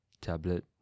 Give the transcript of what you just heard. tablet